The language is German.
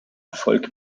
erfolg